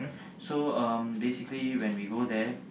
so um basically when we go there